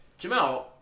Jamel